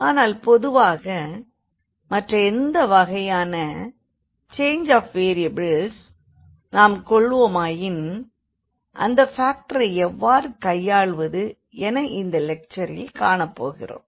ஆனால் பொதுவாக மற்றெந்த வகையான சேஞ்ச் ஆஃப் வேறியபிள்ஸை நாம் கொள்வோமாயின் அந்த ஃபேக்டரை எவ்வாறு கையாள்வது என இன்றைய லெக்சரில் காணப்போகிறோம்